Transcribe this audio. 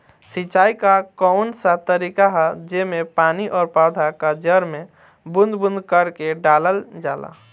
सिंचाई क कउन सा तरीका ह जेम्मे पानी और पौधा क जड़ में बूंद बूंद करके डालल जाला?